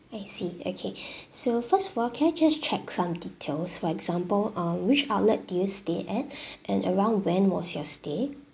I see okay so first of all can I just check some details for example uh which outlet did you stay at and around when was your stay